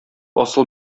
асыл